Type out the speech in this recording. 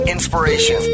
Inspiration